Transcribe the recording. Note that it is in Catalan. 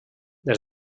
des